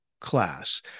class